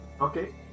Okay